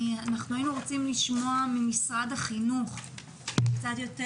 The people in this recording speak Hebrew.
היינו רוצים לשמוע ממשרד החינוך קצת יותר